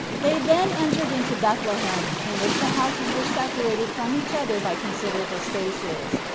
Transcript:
they then entered into bethlehem, in which the houses were separated from each other by considerable spaces.